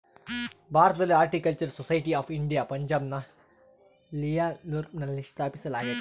ಭಾರತದಲ್ಲಿ horticultural society of India ಪಂಜಾಬ್ನ ಲಿಯಾಲ್ಪುರ್ನಲ್ಲ ಸ್ಥಾಪಿಸಲಾಗ್ಯತೆ